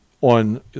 on